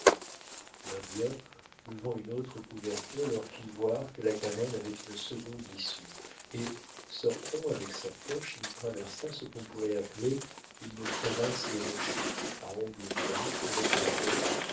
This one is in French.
l'indien levant une autre couverture leur fit voir que la caverne avait une seconde issue et sortant avec sa torche il traversa ce qu'on pourrait appeler une crevasse des rochers à angle droit avec la grotte